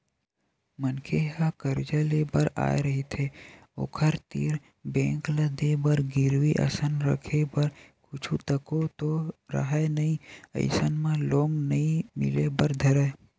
मनखे ह करजा लेय बर आय रहिथे ओखर तीर बेंक ल देय बर गिरवी असन रखे बर कुछु तको तो राहय नइ अइसन म लोन नइ मिले बर धरय